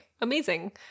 Amazing